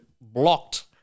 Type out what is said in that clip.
blocked